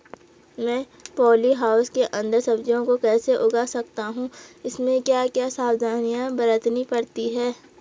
मैं polyhouse के अन्दर सब्जियों को कैसे उगा सकता हूँ इसमें क्या क्या सावधानियाँ बरतनी पड़ती है?